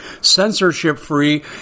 censorship-free